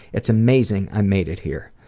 it's amazing i made it here.